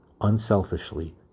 unselfishly